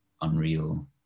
unreal